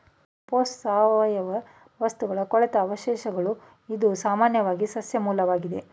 compost ಸಾವಯವ ವಸ್ತುಗಳ ಕೊಳೆತ ಅವಶೇಷಗಳು ಇದು ಸಾಮಾನ್ಯವಾಗಿ ಸಸ್ಯ ಮೂಲ್ವಾಗಿದೆ